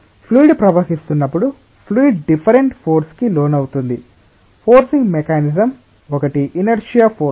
కాబట్టి ఫ్లూయిడ్ ప్రవహిస్తున్నప్పుడు fluid different forces కి లోనవుతుంది ఫోర్సింగ్ మెకానిజంస్ ఒకటి ఇనర్శియా ఫోర్సు